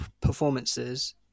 performances